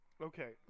okay